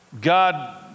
God